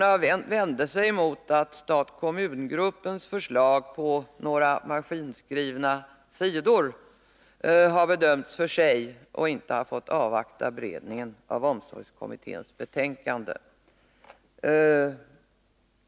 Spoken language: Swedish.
Hon vände sig mot att stat-kommungruppens förslag på några maskinskrivna sidor har bedömts för sig och att man inte har avvaktat beredningen av omsorgskommitténs betänkande.